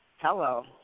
hello